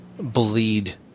bleed